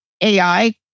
ai